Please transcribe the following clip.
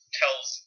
tells